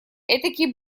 этакий